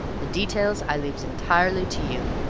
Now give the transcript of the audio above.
the details i leaves entirely to you.